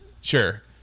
sure